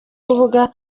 urubuga